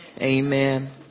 amen